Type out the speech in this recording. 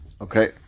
Okay